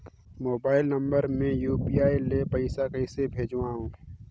Mobile number मे UPI ले पइसा कइसे भेजवं?